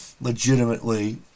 legitimately